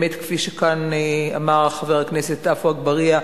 כפי שאמר כאן חבר הכנסת עפו אגבאריה,